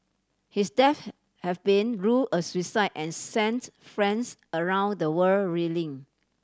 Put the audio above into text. his death have been rule a suicide and sent fans around the world reeling